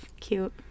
Cute